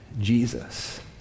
Jesus